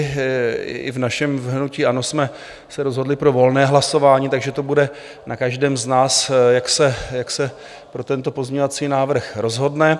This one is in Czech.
I v našem hnutí ANO jsme se rozhodli pro volné hlasování, takže to bude na každém z nás, jak se pro tento pozměňovací návrh rozhodne.